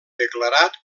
declarat